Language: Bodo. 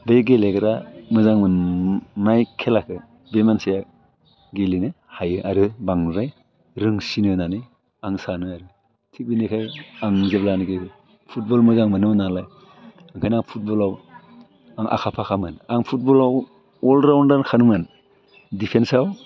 बे गेलेग्रा मोजां मोननाय खेलाखौ बे मोनसे गेलेनो हायो आरो बांद्राय रोंसिनो होननानै आं सानो आरो थिक बेनिखायनो आं जेब्लानोकि फुटबल मोजां मोनोमोन नालाय ओंखायनो आं फुटबलाव आं आखा फाखामोन आं फुटबलाव अल राउण्डारखामोन डिफेन्साव